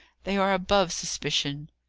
they are above suspicion.